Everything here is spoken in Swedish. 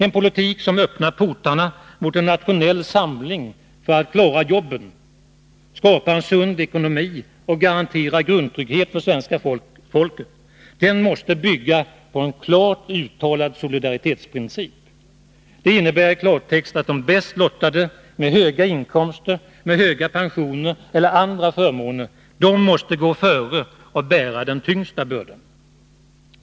En politik som öppnar portarna mot en nationell samling för att klara jobben, skapa en sund ekonomi och garantera en grundtrygghet för svenska folket måste bygga på en klart uttalad solidaritetsprincip. Det innebär i klartext att de bäst lottade — med höga inkomster, höga pensioner eller andra förmåner — måste gå före och bära den tyngsta bördan.